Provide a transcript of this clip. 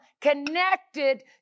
connected